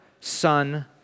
Son